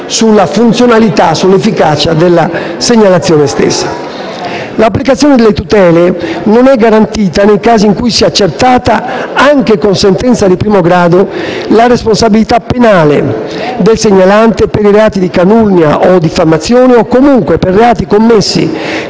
sulla funzionalità e sull'efficacia della segnalazione stessa. L'applicazione delle tutele non è garantita nei casi in cui sia accertata, anche con sentenza di primo grado, la responsabilità penale del segnalante per i reati di calunnia o diffamazione o comunque per reati commessi